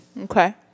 Okay